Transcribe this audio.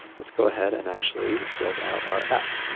let's go ahead and actually build out our app.